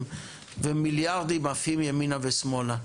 ומיליארדים עפים ימינה ושמאלה.